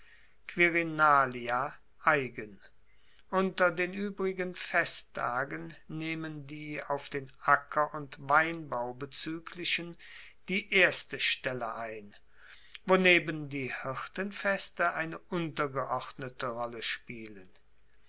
unter den uebrigen festtagen nehmen die auf den acker und weinbau bezueglichen die erste stelle ein woneben die hirtenfeste eine untergeordnete rolle spielen